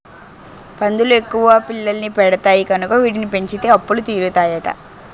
పందులు ఎక్కువ పిల్లల్ని పెడతాయి కనుక వీటిని పెంచితే అప్పులు తీరుతాయట